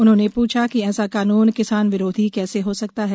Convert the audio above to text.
उन्होंने प्रछा कि ऐसा कानून किसान विरोधी कैसे हो सकता है